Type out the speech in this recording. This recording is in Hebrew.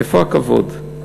איפה הכבוד?